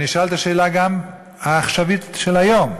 אני אשאל גם את השאלה העכשווית, של היום: